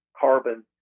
carbon